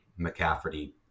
McCafferty